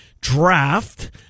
draft